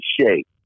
shape